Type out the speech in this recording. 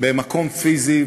במקום פיזי,